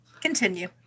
Continue